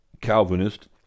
Calvinist